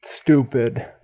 stupid